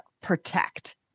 protect